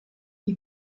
die